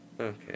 Okay